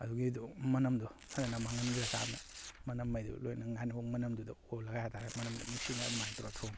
ꯑꯗꯨꯒꯤꯗꯨ ꯃꯅꯝꯗꯨ ꯐꯖꯅ ꯃꯥꯡꯍꯟꯈ꯭ꯔ ꯀꯥꯟꯗ ꯃꯅꯝ ꯉꯩꯗꯨ ꯂꯣꯏꯅ ꯉꯥꯏꯔꯣꯡ ꯃꯅꯝꯗꯨꯗ ꯑꯣꯜꯂꯒ ꯍꯥꯏꯇꯥꯔꯦ ꯃꯅꯝꯗꯨ ꯅꯨꯡꯁꯤꯅ ꯑꯗꯨꯃꯥꯏꯅ ꯇꯧꯔ ꯊꯣꯡꯏ